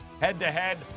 head-to-head